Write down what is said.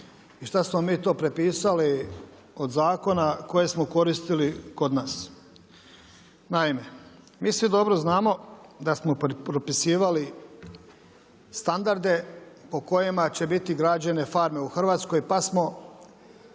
i šta smo mi to prepisali od zakona koje smo koristili kod nas. Naime, mi svi dobro znamo da smo propisivali standarde po kojima će biti građene farme u Hrvatskoj pa smo